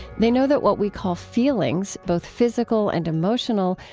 they know that what we call feelings, both physical and emotional,